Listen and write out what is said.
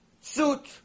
suit